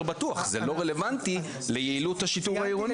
בטוח?" זה לא רלוונטי ליעילות השיטור העירוני.